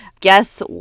guess